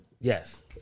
Yes